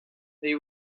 they